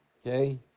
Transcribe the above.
okay